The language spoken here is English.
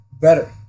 better